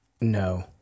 No